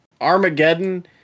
Armageddon